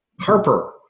Harper